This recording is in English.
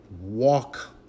walk